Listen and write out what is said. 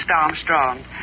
Armstrong